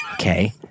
Okay